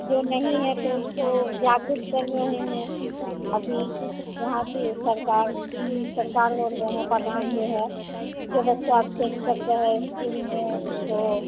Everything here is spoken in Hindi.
जो नहीं है तो उसको जागरुक कर रहे हैं अभी वहाँ से सरकार कुल सरकार बोल रहे हैं प्रधान जो है जो बच्चा अब्सेन्ट करता है इस्कूल में उसको